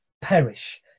perish